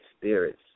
spirits